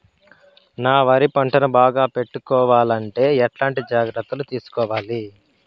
నా వరి పంటను బాగా పెట్టుకోవాలంటే ఎట్లాంటి జాగ్రత్త లు తీసుకోవాలి?